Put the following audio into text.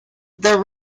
the